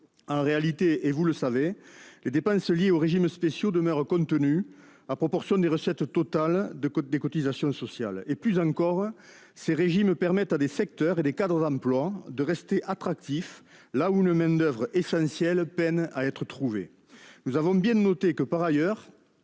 En réalité, et vous le savez, les dépenses liées aux régimes spéciaux demeurent contenues en proportion des recettes totales de cotisations sociales. Plus encore, ces régimes permettent à des secteurs et à des cadres d'emploi de rester attractifs là où la main-d'oeuvre, pourtant essentielle, peine à être trouvée. Par ailleurs,